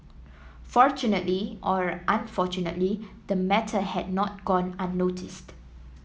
fortunately or unfortunately the matter had not gone unnoticed